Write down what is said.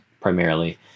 primarily